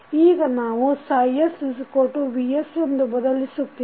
ಈಗ ನಾವು sV ಎಂದು ಬದಲಿಸುತ್ತೇವೆ